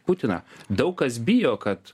putiną daug kas bijo kad